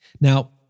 Now